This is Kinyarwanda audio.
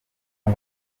ngo